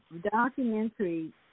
documentary